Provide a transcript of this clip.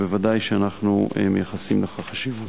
וודאי שאנחנו מייחסים לכך חשיבות.